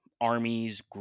armies